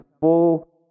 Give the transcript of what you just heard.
full